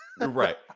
Right